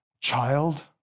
Child